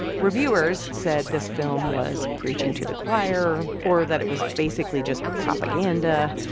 reviewers said this film was preaching to the choir or that it was basically just propaganda.